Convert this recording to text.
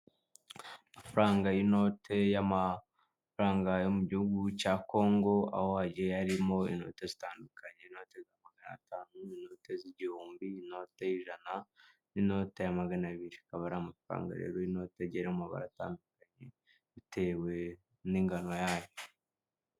Amafaranga y'inote y'amafaranga yo mu gihugu cya congo, aho hagiye yarimo inote zitandukanye inote ya magana atanu, inota z'igihumbi, inote y'ijana, n'inote ya magana abiri. Akaba ari amafaranga rero y'inote agiye arimo amoko atandukanye bitewe n'ingano yayo.